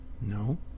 No